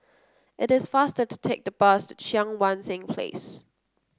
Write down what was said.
it is faster to take the bus to Cheang Wan Seng Place